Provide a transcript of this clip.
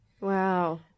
wow